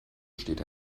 steht